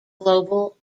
global